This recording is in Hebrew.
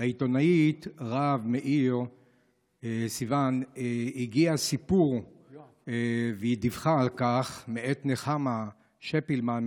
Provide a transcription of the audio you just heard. אל העיתונאית סיון רהב מאיר הגיע סיפור מאת נחמה שפילמן,